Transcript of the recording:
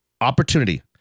Opportunity